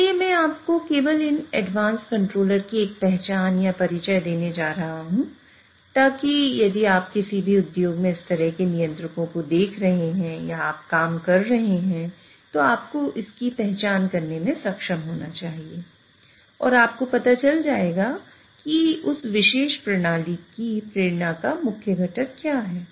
इसलिए मैं आपको केवल इन एडवांस कंट्रोलर की एक पहचान या परिचय देने जा रहा हूं ताकि यदि आप किसी भी उद्योग में इस तरह के नियंत्रकों को देख रहे हैं या आप काम कर रहे हैं तो आपको इसकी पहचान करने में सक्षम होना चाहिए और आपको पता चल जाएगा कि उस विशेष प्रणाली की प्रेरणा या मुख्य घटक क्या है